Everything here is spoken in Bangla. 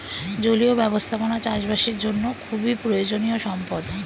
জলীয় ব্যবস্থাপনা চাষবাসের জন্য খুবই প্রয়োজনীয় সম্পদ